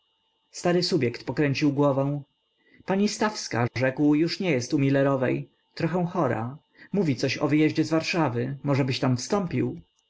stary subjekt pokręcił głową pani stawska rzekł już nie jest u milerowej trochę chora mówi coś o wyjeździe z warszawy możebyś tam wstąpił